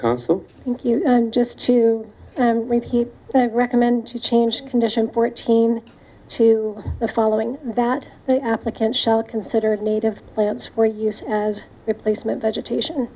and just to repeat i recommend to change condition fourteen to the following that the applicant shall considered native plants for use as replacement vegetation